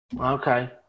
Okay